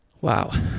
wow